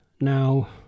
Now